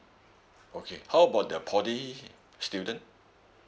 okay how about the poly student